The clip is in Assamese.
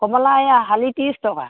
কমলা এই ত্ৰিছ টকা